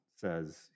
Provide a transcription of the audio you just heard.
says